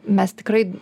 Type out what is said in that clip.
mes tikrai